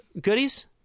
goodies